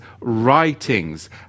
writings